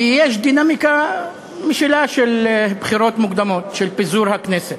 כי יש דינמיקה של בחירות מוקדמות, של פיזור הכנסת.